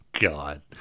God